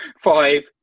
five